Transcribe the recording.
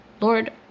Lord